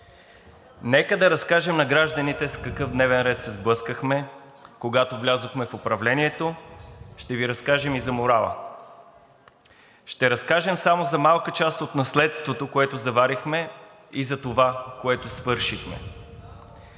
Нека да разкажем на гражданите с какъв дневен ред се сблъскахме, когато влязохме в управлението. Ще Ви разкажем и за морала. Ще разкажем само за малка част от наследството, което заварихме, и за това, което свършихме.